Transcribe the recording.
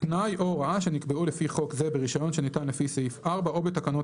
תנאי או הוראה שנקבעו לפי חוק זה ברישיון שניתן לפי סעיף 4 או בתקנות